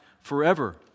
forever